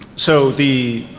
so the,